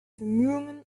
bemühungen